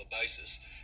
basis